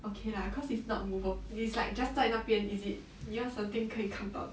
okay lah cause it's not mova~ it's like just 在那边 is it 你要 something 可以看到的